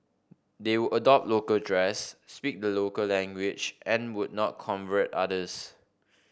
they would adopt local dress speak the local language and would not convert others